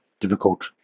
difficult